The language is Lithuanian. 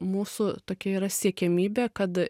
mūsų tokia yra siekiamybė kad